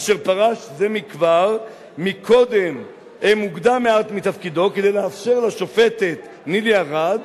אשר פרש זה מכבר מוקדם מעט מתפקידו כדי לאפשר לשופטת נילי ארד